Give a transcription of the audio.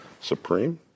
Supreme